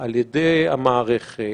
על ידי המערכת,